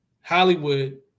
Hollywood